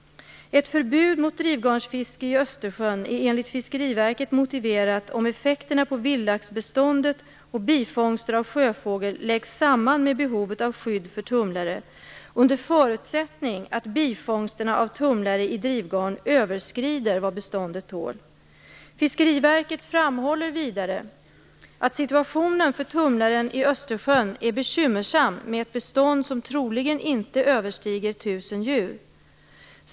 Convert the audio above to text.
Ett förbud mot drivgarnsfiske i Östersjön är enligt Fiskeriverket motiverat om effekterna på vildlaxbeståndet och bifångster av sjöfågel läggs samman med behovet av skydd för tumlare under förutsättning att bifångsterna av tumlare i drivgarn överskrider vad beståndet tål. Fiskeriverket framhåller vidare att situationen för tumlaren i Östersjön är bekymmersam med ett bestånd som troligen inte överstiger 1 000 djur.